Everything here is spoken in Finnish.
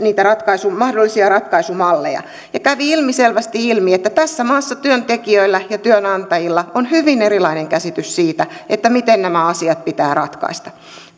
niitä mahdollisia ratkaisumalleja ja kävi ilmiselvästi ilmi että tässä maassa työntekijöillä ja työnantajilla on hyvin erilainen käsitys siitä siitä miten nämä asiat pitää ratkaista